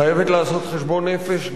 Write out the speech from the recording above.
חייבת לעשות חשבון נפש גם,